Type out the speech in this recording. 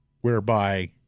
whereby